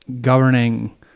governing